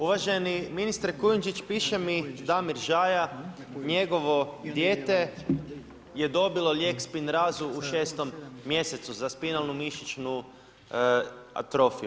Uvaženi ministre Kujundžić, piše mi Damir Žaja, njegovo dijete je dobilo lijek spinrazu u 6.-om mjesecu za spinalnu mišićnu atrofiju.